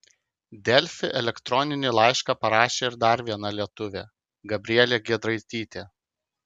delfi elektroninį laišką parašė ir dar viena lietuvė gabrielė giedraitytė